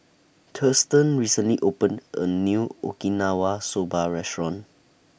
Thurston recently opened A New Okinawa Soba Restaurant